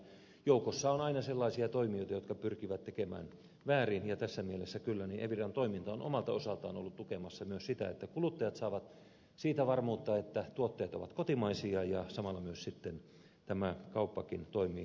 joukossa on aina sellaisia toimijoita jotka pyrkivät tekemään väärin ja tässä mielessä kyllä eviran toiminta on omalta osaltaan ollut tukemassa myös sitä että kuluttajat saavat siitä varmuutta että tuotteet ovat kotimaisia ja samalla kauppakin toimii rehellisesti